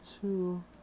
two